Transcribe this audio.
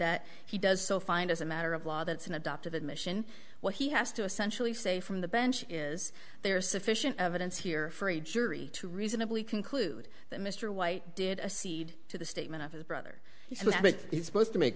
that he does so find as a matter of law that's an adoptive admission what he has to essentially say from the bench is there is sufficient evidence here for a jury to reasonably conclude that mr white did a seed to the statement of his brother but is supposed to make